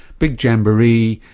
big jamboree,